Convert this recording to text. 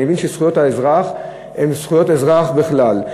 אני מבין שזכויות האזרח הן זכויות אזרח בכלל,